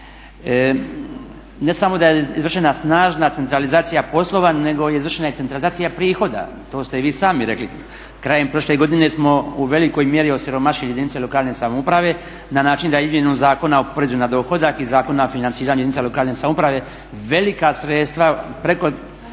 Ne samo da je izvršena snažna centralizacija poslova, nego izvršena je centralizacija prihoda, to ste i vi sami rekli. Krajem prošle godine smo u velikoj mjeri osiromašili jedinice lokalne samouprave na način da Izmjenu zakona o porezu na dohodak i Zakon o financiranju jedinica lokalne samouprave velika sredstva, preko